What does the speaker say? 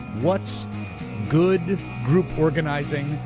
what's good group organizing.